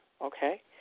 okay